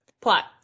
plot